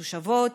תושבות,